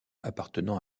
appartenant